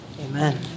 amen